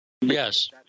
Yes